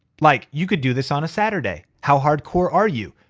like you could do this on a saturday. how hardcore are you?